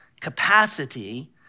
capacity